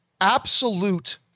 absolute